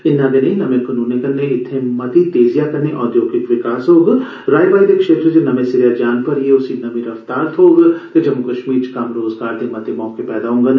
इन्ना गै नेई नमें कनूने कन्नै इत्थे मती तेजिया कन्नै अद्योगिक विकॉस होग राई बाई दे क्षेत्र च नमें सिरेया जान भरियै उसी नमीं रफ्तार थ्होग ते जम्मू कश्मीर च कम्म रोजगार दे मते मौके पैदा होंगन